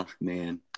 man